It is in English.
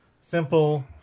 Simple